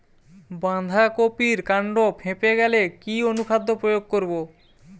বাঁধা কপির কান্ড ফেঁপে গেলে কি অনুখাদ্য প্রয়োগ করব?